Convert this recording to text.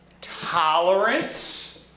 tolerance